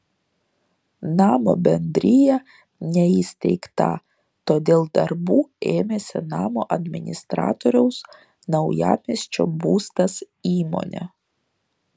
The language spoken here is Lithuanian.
namo bendrija neįsteigta todėl darbų ėmėsi namo administratoriaus naujamiesčio būstas įmonė